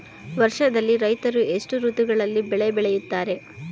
ವರ್ಷದಲ್ಲಿ ರೈತರು ಎಷ್ಟು ಋತುಗಳಲ್ಲಿ ಬೆಳೆ ಬೆಳೆಯುತ್ತಾರೆ?